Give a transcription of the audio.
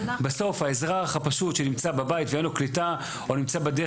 בסוף האזרח הפשוט שנמצא בבית ואין לו קליטה או נמצא בדרך